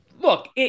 Look